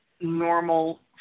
Normal